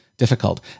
Difficult